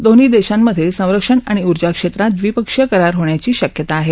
दोन्ही देशांमध्ये संरक्षण आणि ऊर्जा क्षेत्रात द्विपक्षीय करार होण्याची शक्यता आहे